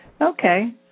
Okay